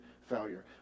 failure